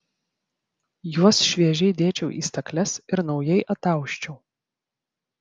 juos šviežiai dėčiau į stakles ir naujai atausčiau